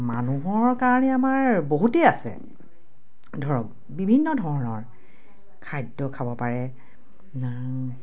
মানুহৰ কাৰণে আমাৰ বহুতেই আছে ধৰক বিভিন্ন ধৰণৰ খাদ্য খাব পাৰে